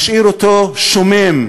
משאיר אותו שומם,